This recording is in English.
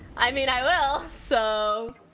i mean i will so